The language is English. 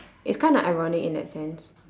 it's kind of ironic in that sense